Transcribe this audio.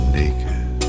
naked